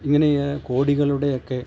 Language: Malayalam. ഇങ്ങനേയ് കോടികളുടെ ഒക്കെ